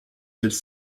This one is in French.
celles